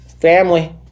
family